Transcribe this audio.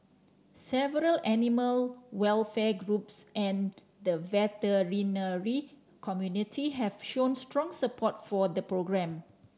several animal welfare groups and the veterinary community have shown strong support for the programme